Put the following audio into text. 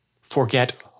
forget